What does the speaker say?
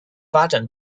发展